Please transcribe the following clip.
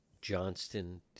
johnston